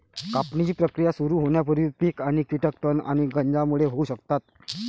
कापणीची प्रक्रिया सुरू होण्यापूर्वी पीक आणि कीटक तण आणि गंजांमुळे होऊ शकतात